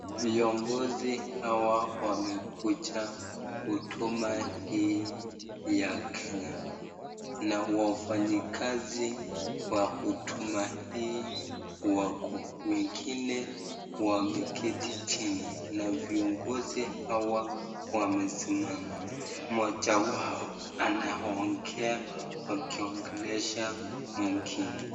Viongozi hawa wamekuja huduma hii ya Kenya na wafanyi kazi wa huduma hii wako. Wengine wameketi jini na viongozi hawa wamesimama. Moja wao anaongea wakiongelesha wengine.